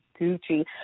Gucci